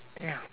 ya